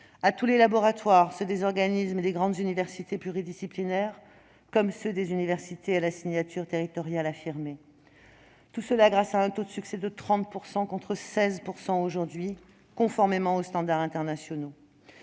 à tous les laboratoires, ceux des organismes et des grandes universités pluridisciplinaires comme ceux des universités à la signature territoriale affirmée, grâce à un taux de succès de 30 %, contre 16 % aujourd'hui, conforme aux standards internationaux.